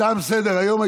תם סדר-היום.